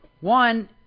One